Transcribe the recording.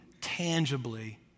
tangibly